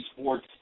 Sports